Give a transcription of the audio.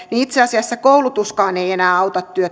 niin itse asiassa koulutuskaan ei enää auta